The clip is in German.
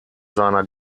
seiner